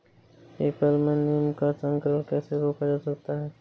People में नीम का संकरण कैसे रोका जा सकता है?